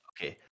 okay